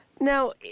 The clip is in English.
Now